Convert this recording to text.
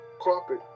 carpet